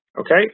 okay